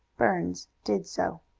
burns did so.